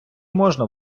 можна